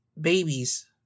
babies